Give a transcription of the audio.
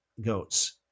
goats